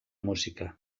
música